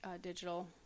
digital